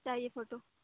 چاہیے فوٹو